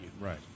Right